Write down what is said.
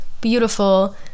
beautiful